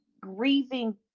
grieving